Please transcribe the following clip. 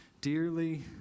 Dearly